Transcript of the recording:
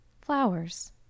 flowers